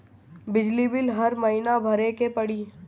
बिजली बिल हर महीना भरे के पड़ी?